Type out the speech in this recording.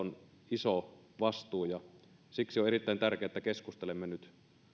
iso vastuu ja siksi on erittäin tärkeää että keskustelemme nyt aiheesta